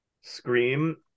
Scream